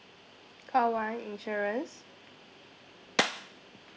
call one insurance